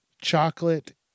chocolate